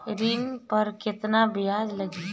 ऋण पर केतना ब्याज लगी?